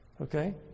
Okay